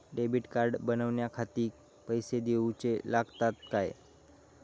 Debit card बनवण्याखाती पैसे दिऊचे लागतात काय?